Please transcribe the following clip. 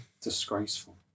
Disgraceful